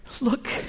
Look